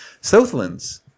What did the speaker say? Southlands